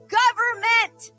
government